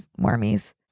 wormies